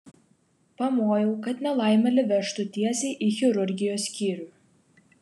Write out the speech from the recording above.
pamojau kad nelaimėlį vežtų tiesiai į chirurgijos skyrių